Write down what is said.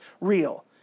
real